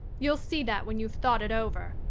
you'll see that when you've thought it over.